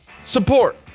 support